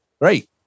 great